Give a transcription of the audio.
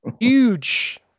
huge